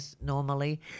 normally